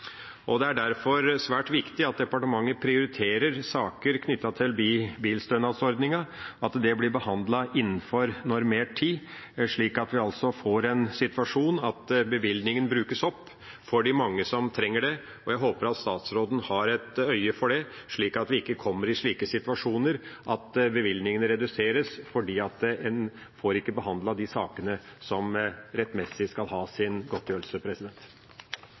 Det er derfor svært viktig at departementet prioriterer saker knyttet til bilstønadsordningen, at det blir behandlet innenfor normert tid, slik at vi får den situasjonen at bevilgningen brukes opp, for de mange som trenger det. Jeg håper at statsråden har et øye for det, slik at vi ikke kommer i den situasjonen at bevilgningene reduseres fordi en ikke får behandlet de sakene der en rettmessig skal ha godtgjørelse.